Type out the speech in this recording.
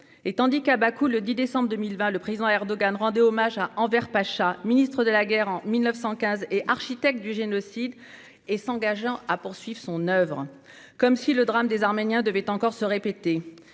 tandis qu'à Bakou, le 10 décembre 2020, le président Erdogan rendait hommage à Enver Pacha, ministre de la Guerre en 1915 et architecte du génocide, en s'engageant à poursuivre son oeuvre ; comme si le drame des Arméniens devait encore se répéter.